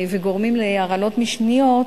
וגורמים להרעלות משניות,